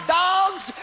dogs